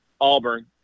Auburn